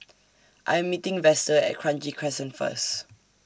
I Am meeting Vester At Kranji Crescent First